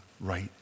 right